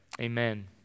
Amen